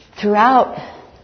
throughout